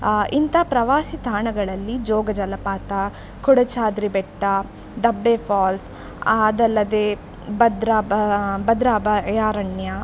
ಇಂಥ ಪ್ರವಾಸಿ ತಾಣಗಳಲ್ಲಿ ಜೋಗ ಜಲಪಾತ ಕೊಡಚಾದ್ರಿ ಬೆಟ್ಟ ದಬ್ಬೆ ಫಾಲ್ಸ್ ಅದಲ್ಲದೇ ಭದ್ರ ಬ ಭದ್ರ ಅಭಯಾರಣ್ಯ